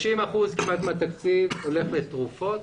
כמעט 30 אחוזים הולכים לתרופות.